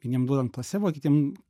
vieniem duodam placebo kitiem